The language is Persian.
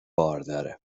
بارداره